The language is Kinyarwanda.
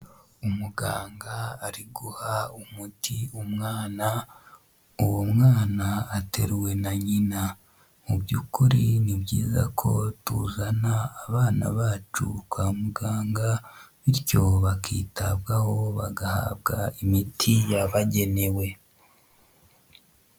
Umuganga ari guha umuti umwana uwo mwana ateruwe na nyina, mu byukuri ni byiza ko tuzana abana bacu kwa muganga bityo bakitabwaho bagahabwa imiti yabagenewe.